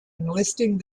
enlisting